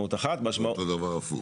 ואותו דבר הפוך.